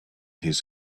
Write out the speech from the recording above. his